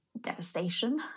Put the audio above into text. devastation